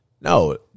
no